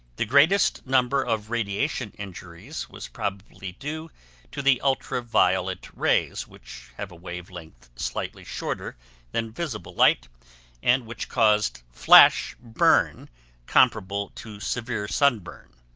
the greatest number of radiation injuries was probably due to the ultra-violet rays which have a wave length slightly shorter than visible light and which caused flash burn comparable to severe sunburn.